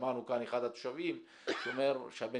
שמענו כאן את אחד התושבים שאומר שהבן